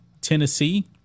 Tennessee